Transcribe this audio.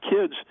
kids